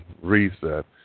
reset